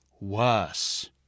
worse